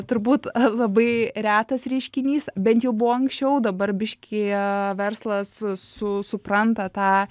turbūt labai retas reiškinys bent jau buvo anksčiau dabar biškį verslas su supranta tą